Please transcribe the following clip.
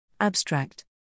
Abstract